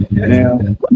Now